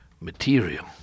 material